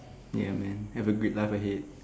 ya man have a great life ahead